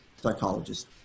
psychologist